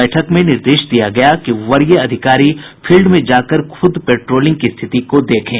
बैठक में निर्देश दिया गया कि वरीय अधिकारी फील्ड में जाकर खुद पेट्रोलिंग की स्थिति को देखें